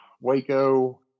Waco